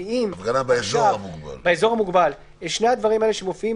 הפגנה באזור המוגבל, שמופיעים